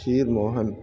کھیر Mohan